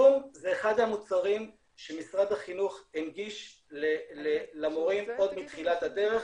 זום זה אחד המוצרים שמשרד החינוך הנגיש למורים עוד מתחילת הדרך